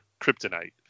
kryptonite